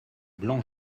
blanc